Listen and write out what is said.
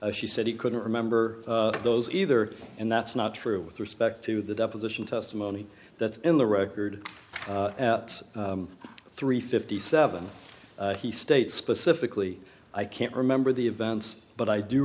she said he couldn't remember those either and that's not true with respect to the deposition testimony that's in the record at three fifty seven he states specifically i can't remember the events but